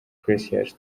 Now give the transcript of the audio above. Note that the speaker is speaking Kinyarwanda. precious